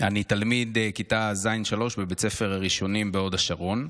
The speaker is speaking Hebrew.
אני תלמיד כיתה ז'3 בבית הספר הראשונים בהוד השרון.